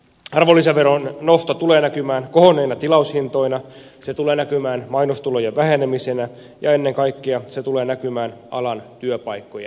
arvonlisäveron nosto tulee näkymään kohonneina tilaushintoina se tulee näkymään mainostulojen vähenemisenä ja ennen kaikkea se tulee näkymään alan työpaikkojen määrässä